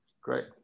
Great